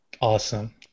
Awesome